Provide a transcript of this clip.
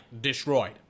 destroyed